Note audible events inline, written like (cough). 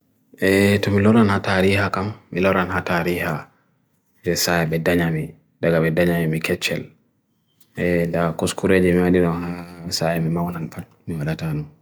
(hesitation) Me loran hataariha kama, me loran hataariha desa e beddanyami, daga beddanyami me ketchel. (hesitation) Da kuskure di me adi runga, desa e me mawanan pa, me bada tanu.